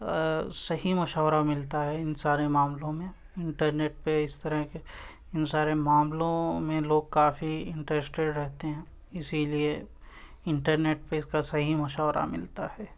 صحیح مشورہ ملتا ہے ان سارے معاملوں میں انٹرنیٹ پہ اس طرح کے ان سارے معاملوں میں لوگ کافی انٹرسٹیڈ رہتے ہیں اسی لیے انٹرنیٹ پہ اس کا صحیح مشورہ ملتا ہے